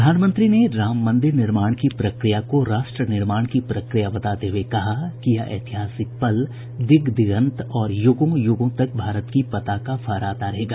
प्रधानमंत्री ने राम मन्दिर निर्माण की प्रक्रिया को राष्ट्र निर्माण की प्रक्रिया बताते हुए कहा कि यह ऐतिहासक पल दिग दिगन्त और युगों यूगों तक भारत की पताका फहराता रहेगा